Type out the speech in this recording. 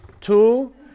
two